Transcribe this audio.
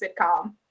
sitcom